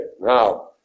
Now